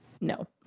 no